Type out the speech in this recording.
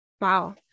Wow